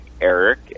Eric